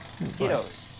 Mosquitoes